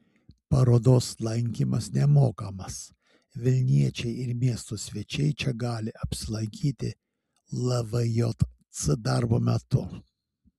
parodos lankymas nemokamas vilniečiai ir miesto svečiai čia gali apsilankyti lvjc darbo metu